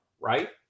right